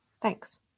Thanks